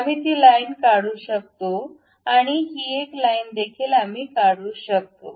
आम्ही ती लाइन काढू शकतो आणि ही एक लाइन देखील आम्ही काढू शकतो